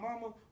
mama